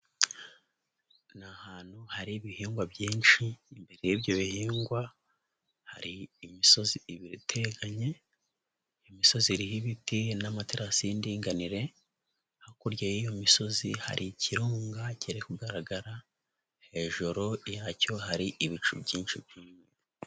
Ni ahantu hari ibihingwa byinshi imbere y'ibyo bihingwa, hari imisozi ibiri iteganye, imisozi iriho ibiti n'amaterasi y'indinganire hakurya y'iyo misozi hari ikirunga kiri kugaragara hejuru yacyo hari ibicu byinshi.